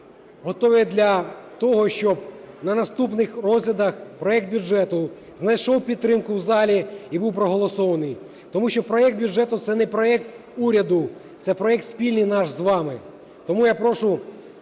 Готові для того, щоб на наступних розглядах проект бюджету знайшов підтримку в залі і був проголосований. Тому що проект бюджету – це не проект уряду, це проект спільний наш з вами. Тому я прошу